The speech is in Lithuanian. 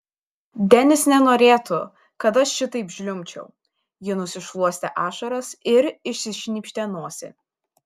denis nenorėtų kad aš šitaip žliumbčiau ji nusišluostė ašaras ir išsišnypštė nosį